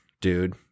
dude